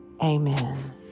Amen